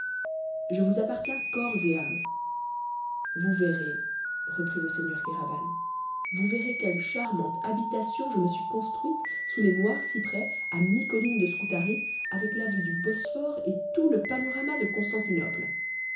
je vous appartiens corps et âme vous verrez reprit le seigneur kéraban vous verrez quelle charmante habitation je me suis construite sous les noirs cyprès à mi colline de scutari avec la vue du bosphore et tout le panorama de constantinople